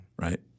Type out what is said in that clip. Right